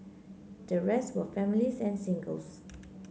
the rest were families and singles